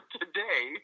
today